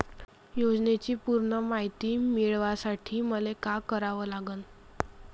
योजनेची पूर्ण मायती मिळवासाठी मले का करावं लागन?